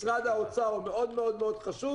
משרד האוצר הוא מאוד מאוד חשוב,